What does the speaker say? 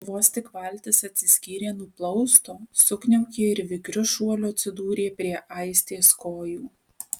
vos tik valtis atsiskyrė nuo plausto sukniaukė ir vikriu šuoliu atsidūrė prie aistės kojų